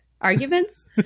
arguments